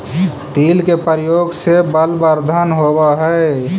तिल के प्रयोग से बलवर्धन होवअ हई